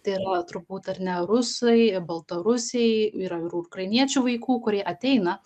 tai yra turbūt ar ne rusai baltarusiai yra ir ukrainiečių vaikų kurie ateina